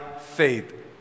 faith